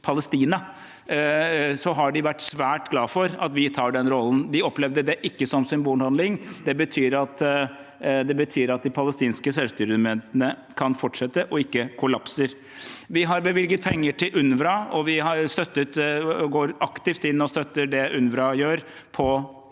har de vært svært glade for at vi tar den rollen. De opplevde det ikke som symbolhandling. Det betyr at de palestinske selvstyremyndighetene kan fortsette og ikke kollapser. Vi har bevilget penger til UNRWA, og vi går aktivt inn og støtter det UNRWA gjør på